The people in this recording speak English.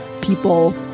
people